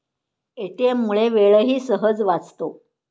ATM मुळे वेळही सहज वाचतो